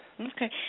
Okay